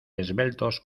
esbeltos